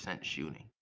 shooting